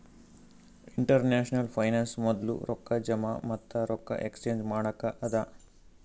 international finance ಮೊದ್ಲು ರೊಕ್ಕಾ ಜಮಾ ಮತ್ತ ರೊಕ್ಕಾ ಎಕ್ಸ್ಚೇಂಜ್ ಮಾಡಕ್ಕ ಅದಾ